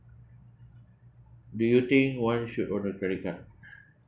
do you think one should own a credit card